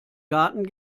garten